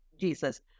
Jesus